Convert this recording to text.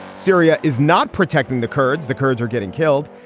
syria is not protecting the kurds the kurds are getting killed.